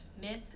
Myth